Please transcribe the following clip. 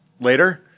later